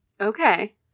Okay